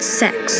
sex